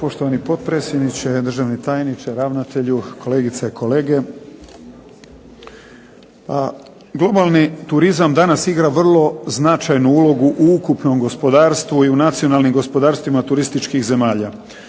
Poštovani potpredsjedniče, državni tajniče, ravnatelju, kolegice i kolege. Globalni turizam danas igra značajnu ulogu u ukupnom gospodarstvu i u nacionalnim gospodarstvima turističkih zemalja.